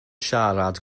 siarad